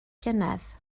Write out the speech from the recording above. llynedd